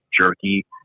jerky